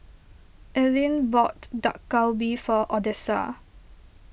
Allyn bought Dak Galbi for Odessa